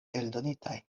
eldonitaj